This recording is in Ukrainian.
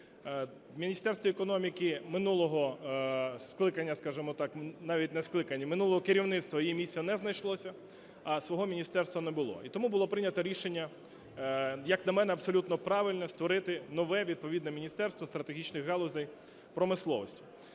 навіть не скликання, минулого керівництва, їй місця не знайшлося, а свого міністерства не було. І тому було прийнято рішення, як на мене, абсолютно правильне: створити нове відповідне міністерство стратегічних галузей промисловості.